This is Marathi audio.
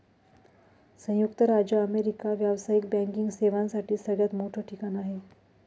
संयुक्त राज्य अमेरिका व्यावसायिक बँकिंग सेवांसाठी सगळ्यात मोठं ठिकाण आहे